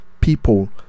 people